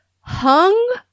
Hung